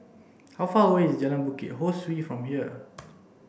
how far away is Jalan Bukit Ho Swee from here